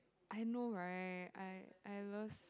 I know right I I loves